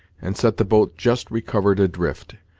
and set the boat just recovered adrift,